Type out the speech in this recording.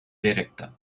directa